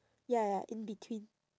ya ya in between